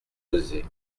posées